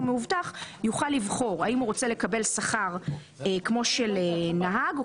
מאובטח יוכל לבחור האם הוא רוצה לקבל שכר כמו של נהג או